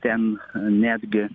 ten netgi